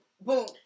boom